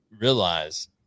realize